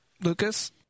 Lucas